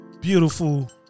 Beautiful